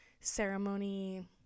ceremony